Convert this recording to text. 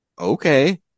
okay